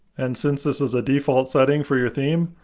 and since this is a default setting for your theme,